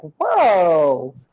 Whoa